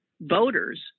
voters